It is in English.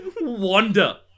Wanda